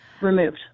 Removed